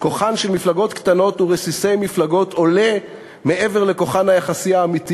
כוחן של מפלגות קטנות ורסיסי מפלגות עולה מעבר לכוחן היחסי האמיתי